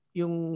yung